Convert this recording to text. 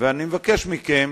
אני מבקש מכם